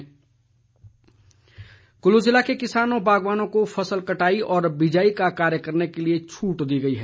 DC Kullu कल्लू जिले में किसानों व बागवानों को फसल कटाई व बिजाई का कार्य करने के लिए छूट दी गई है